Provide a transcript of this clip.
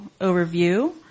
overview